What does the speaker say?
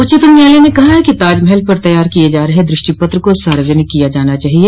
उच्चतम न्यायालय ने कहा है कि ताजमहल पर तैयार किये जा रहे द्रष्टि पत्र को सार्वजनिक किया जाना चाहिए